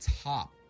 top